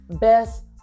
best